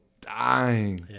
dying